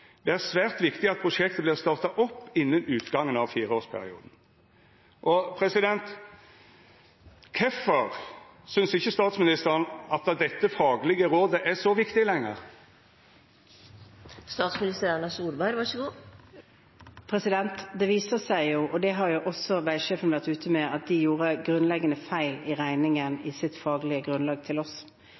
Det er svært viktig at prosjektet blir starta opp innan utgangen av fireårsperioden.» Kvifor synest ikkje statsministeren at dette faglege rådet er så viktig lenger? Det viser seg jo – og det har jo også vegsjefen vært ute med – at de gjorde en grunnleggende regnefeil i sitt faglige grunnlag til oss.